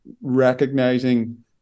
recognizing